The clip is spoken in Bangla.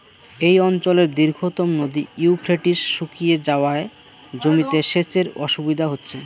এই অঞ্চলের দীর্ঘতম নদী ইউফ্রেটিস শুকিয়ে যাওয়ায় জমিতে সেচের অসুবিধে হচ্ছে